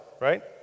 right